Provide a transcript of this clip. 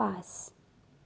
পাঁচ